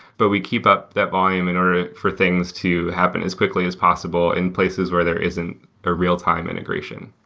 but we keep up that volume in order ah for things to happen as quickly as possible in places where there isn't a real-time integration.